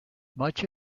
much